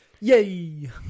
Yay